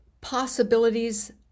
possibilities